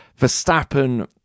Verstappen